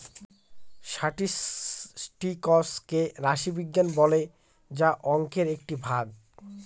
statistics কে রাশি বিজ্ঞান বলে যা অংকের একটি ভাগ